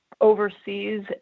overseas